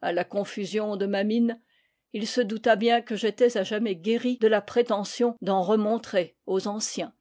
à la contusion de ma mine il se douta bien que j'étais à jamais guéri de la prétention d'en remontrer aux anciens